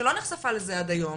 שלא נחשפה לזה עד היום